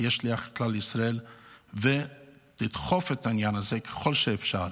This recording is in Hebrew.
תהיה שליח כלל ישראל ותדחוף את העניין הזה ככל שאפשר.